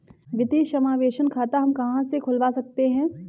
वित्तीय समावेशन खाता हम कहां से खुलवा सकते हैं?